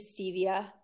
stevia